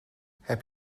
heb